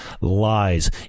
Lies